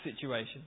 situation